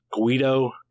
Guido